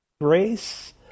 grace